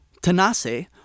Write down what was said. Tanase